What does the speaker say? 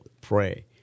pray